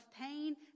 pain